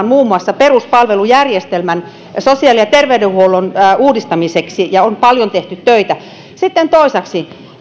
muun muassa peruspalvelujärjestelmän ja sosiaali ja terveydenhuollon uudistamiseksi ja on paljon tehty töitä sitten toiseksi